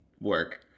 Work